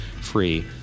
Free